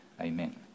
amen